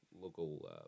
local, –